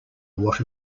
what